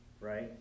right